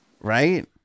Right